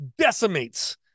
decimates